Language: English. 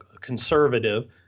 conservative